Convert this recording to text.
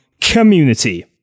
community